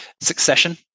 Succession